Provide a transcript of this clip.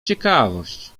ciekawość